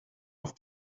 auf